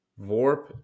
Vorp